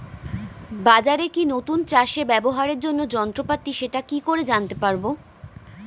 বাজারে কি নতুন চাষে ব্যবহারের জন্য যন্ত্রপাতি সেটা কি করে জানতে পারব?